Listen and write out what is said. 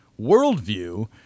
worldview